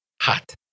hot